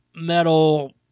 metal